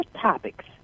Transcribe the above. topics